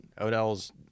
Odell's